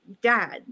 dad